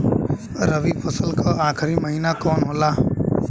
रवि फसल क आखरी महीना कवन होला?